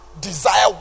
desire